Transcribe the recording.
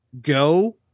go